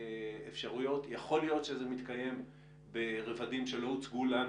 יכול להיות שזה מתקיים ברבדים שלא הוצגו לנו